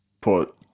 put